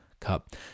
cup